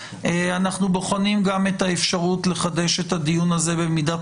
ואנחנו בוחנים גם את האפשרות לחדש את הדיון הזה במידת